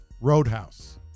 Roadhouse